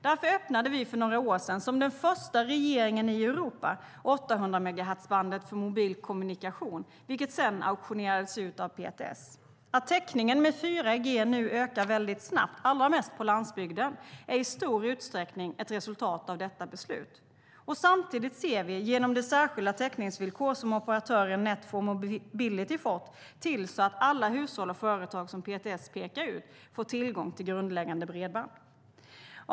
Därför öppnade vi för några år sedan, som den första regeringen i Europa, 800-megahertzbandet för mobil kommunikation, vilket sedan auktionerades ut av PTS. Att täckningen med 4G nu ökar väldigt snabbt, allra mest på landsbygden, är i stor utsträckning ett resultat av detta beslut. Och samtidigt ser vi till, genom det särskilda täckningsvillkor som operatören Net 4 Mobility fått, att alla hushåll och företag som PTS pekar ut får tillgång till grundläggande bredband.